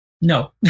No